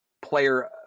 player